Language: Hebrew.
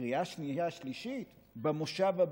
קריאה שנייה ושלישית, במושב הבא.